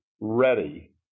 ready